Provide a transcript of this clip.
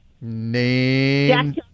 Name